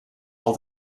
all